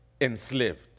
enslaved